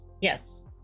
Yes